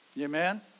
Amen